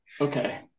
Okay